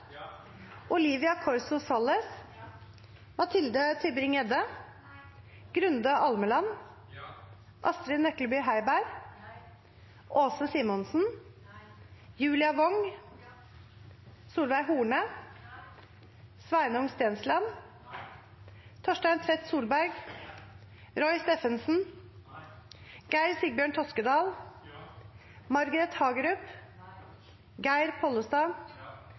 Olivia Corso Salles, Grunde Almeland, Julia Wong, Torstein Tvedt Solberg, Geir Sigbjørn Toskedal, Geir Pollestad,